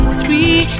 three